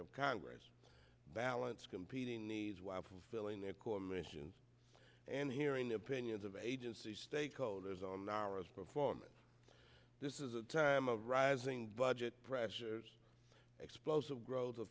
of congress balance competing needs while fulfilling their core mission and hearing the opinions of agency stakeholders on our performance this is a time of rising budget pressures explosive grow